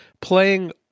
playing